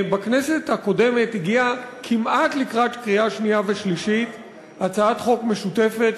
בכנסת הקודמת הגיעה כמעט לקראת קריאה שנייה ושלישית הצעת חוק משותפת